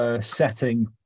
setting